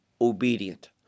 obedient